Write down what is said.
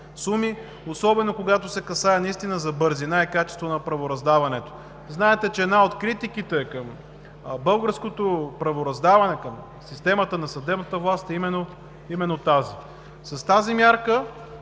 суми, особено когато се касае за бързина и качество на правораздаването. Знаете, че една от критиките към българското правораздаване, към системата на съдебната власт е именно тази. Не казвам,